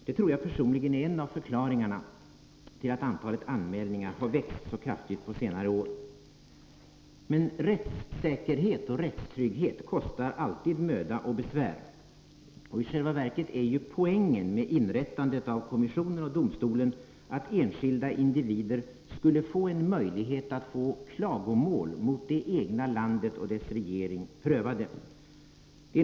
Det tror jag personligen är en av förklaringarna till att antalet anmälningar har vuxit så kraftigt på senare år. Rättssäkerhet och rättstrygghet kostar dock alltid möda och besvär. I själva verket var ju poängen med inrättandet av kommissionen och domstolen att enskilda individer skulle ges en möjlighet att få sina klagomål mot det egna landet och dess regering prövade.